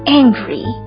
angry